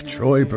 Troy